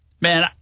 Man